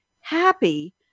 happy